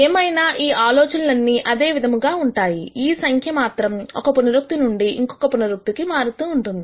ఏమైనా ఈ ఆలోచనలన్నీ అదే విధముగా ఉంటాయి ఈ సంఖ్య మాత్రం ఒక పునరుక్తి నుండి ఇంకొక పునరుక్తి మారుతూ ఉంటుంది